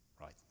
right